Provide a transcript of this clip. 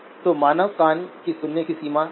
तो मानव कान की सुनने की सीमा क्या है